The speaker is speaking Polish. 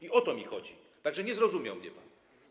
I o to mi chodzi, tak że nie zrozumiał mnie pan.